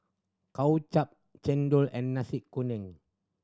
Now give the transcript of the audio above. Kway Chap chendol and Nasi Kuning